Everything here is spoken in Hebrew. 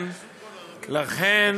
לכן